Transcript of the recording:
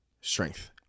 strength